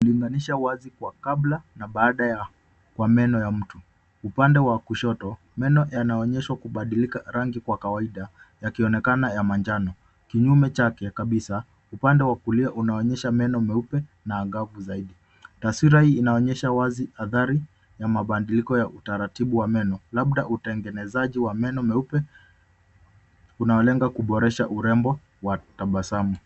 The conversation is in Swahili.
Kulinganisha wa kabla na baada kwa meno ya mtu. Upande wa kushoto meno yanaonyeshwa kubadilika rangi kwa kawaida yakionekana ya manjano. Kinyume chake kabisa upande wa kulia unaonyesha meno meupe na angavu zaidi. Taswira hii inaonyesha wazi hatari ya mabadiliko ya utaratibu wa meno labda utengenezaji wa meno meupe unaolenga kuboresha urembo wa tabasamu.